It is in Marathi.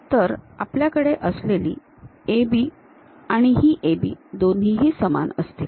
तर आपल्याकडे असलेली AB आणि ही AB दोन्हीही समान असतील